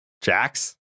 Jax